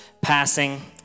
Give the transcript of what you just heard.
passing